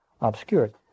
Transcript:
obscured